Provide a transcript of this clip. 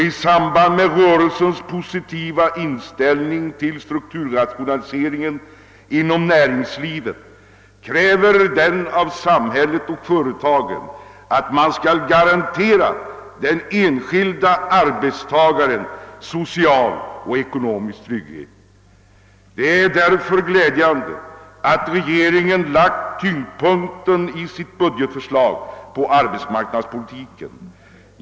I samband med rörelsens positiva inställning till strukturrationalisering inom näringslivet kräver den av samhället och företagen, att man skall garantera den enskilde arbetaren social och ekonomisk trygghet. Det är därför glädjande att regeringen i sitt budgetförslag lagt tyngdpunkten på arbetsmarknadspolitiken.